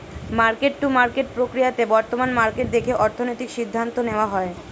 market to market প্রক্রিয়াতে বর্তমান market দেখে অর্থনৈতিক সিদ্ধান্ত নেওয়া হয়